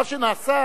מה שנעשה,